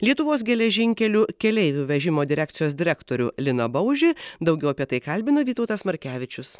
lietuvos geležinkelių keleivių vežimo direkcijos direktorių liną baužį daugiau apie tai kalbino vytautas markevičius